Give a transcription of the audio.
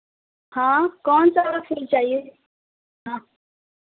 हाँ कौन सा वाला फूल चाहिए हाँ